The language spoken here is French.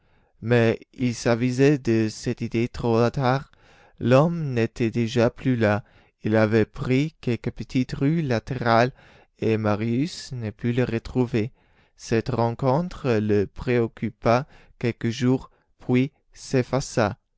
mais il s'avisa de cette idée trop tard l'homme n'était déjà plus là il avait pris quelque petite rue latérale et marius ne put le retrouver cette rencontre le préoccupa quelques jours puis